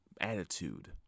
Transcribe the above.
attitude